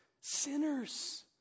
sinners